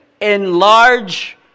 enlarge